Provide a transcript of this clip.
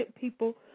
people